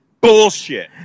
bullshit